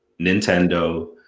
Nintendo